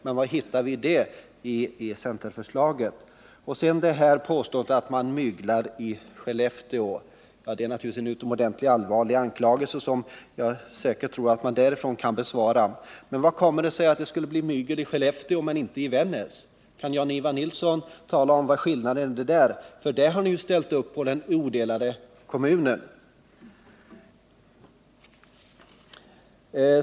Men var hittar vi det löftet i centerförslaget? Sedan till påståendet att man myglar i Skellefteå. Det är naturligtvis en utomordentligt allvarlig anklagelse, som jag tror att man säkert kan bemöta därifrån. Men hur kommer det sig att det skulle bli mygel i Skellefteå men inte i Vännäs? Kan Jan-Ivan Nilsson tala om vad skillnaden är? Där har ni ju ställt upp på den odelade kommunen.